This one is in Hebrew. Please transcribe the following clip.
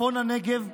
לצפון הנגב.